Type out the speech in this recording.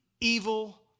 evil